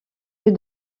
lieu